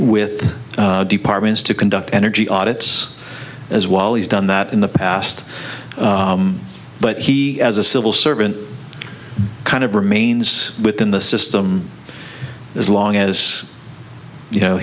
with departments to conduct energy audits as well he's done that in the past but he has a civil servant kind of remains within the system as long as you know